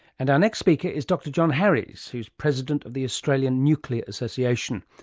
and our next speaker is dr. john harries who's president of the australian nuclear association.